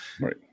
Right